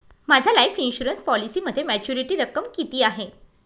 माझ्या life insurance पॉलिसीमध्ये maturity रक्कम किती आहे?